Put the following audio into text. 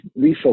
refocus